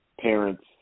parents